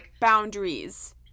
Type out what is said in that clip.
boundaries